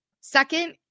Second